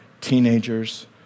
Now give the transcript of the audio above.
teenagers